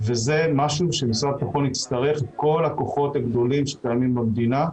וזה משהו שמשרד הביטחון יצטרך את כל הכוחות הגדולים שקיימים במדינה,